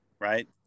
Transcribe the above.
right